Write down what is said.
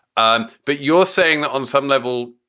um but you're saying that on some level,